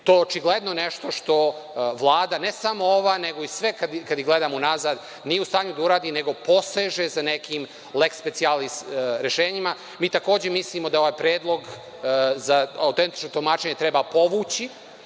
To je očigledno nešto što Vlada, ne samo ova, nego sve kada ih gledamo unazad, nije u stanju da uradi, nego poseže za nekim leks specijalis rešenjima. Takođe, mislimo da ovaj predlog za autentično tumačenje treba povući